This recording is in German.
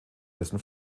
dessen